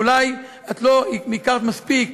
אולי את לא הכרת מספיק,